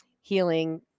healing